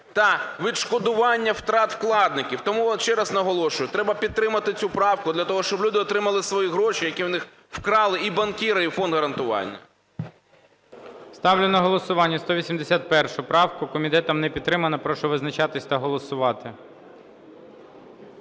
та відшкодування втрат вкладників. Тому ще раз наголошую: треба підтримати цю правку, для того щоб люди отримали свої гроші, які в них вкрали і банкіри, і Фонд гарантування. ГОЛОВУЮЧИЙ. Ставлю на голосування 181 правку. Комітетом не підтримана. Прошу визначатися та голосувати.